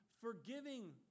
Forgiving